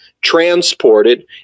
transported